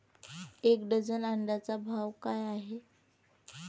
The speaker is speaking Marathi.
एक डझन अंड्यांचा भाव काय आहे?